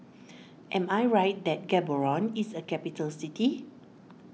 am I right that Gaborone is a capital city